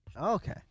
Okay